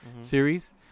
series